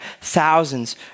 thousands